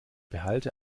behalte